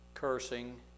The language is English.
Cursing